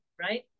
right